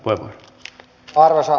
arvoisa puhemies